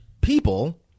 people